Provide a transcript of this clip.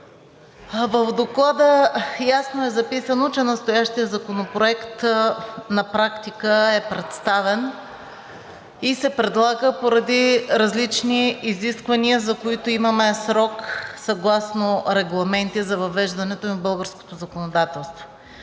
В Доклада ясно е записано, че настоящият законопроект на практика е представен и се предлага поради различни изисквания, за които имаме срок съгласно регламенти за въвеждането им в българското законодателство.